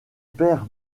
père